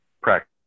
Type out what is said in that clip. practice